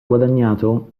guadagnato